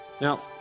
Now